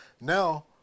now